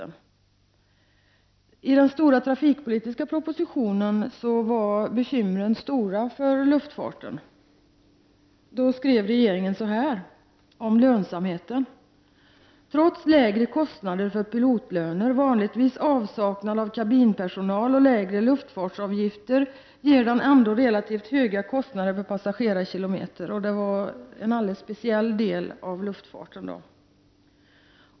I den stora trafikpolitiska propositionen uppgavs att bekymren var stora för luftfarten. Där skriver regeringen beträffande lönsamheten: ”Trots lägre kostnader för pilotlöner, vanligtvis avsaknad av kabinpersonal och lägre luftfartsavgifter ger den ändå relativt höga kostnader per passagerarkilometer” — detta gällde en alldeles speciell del av luftfarten.